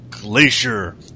glacier